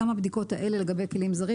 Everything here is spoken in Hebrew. גם הבדיקות האלה לגבי כלים זרים,